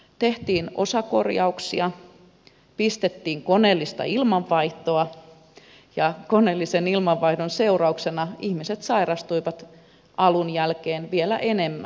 tehtiin osakorjauksia pistettiin koneellista ilmanvaihtoa ja koneellisen ilmanvaihdon seurauksena ihmiset sairastuivat alun jälkeen vielä enemmän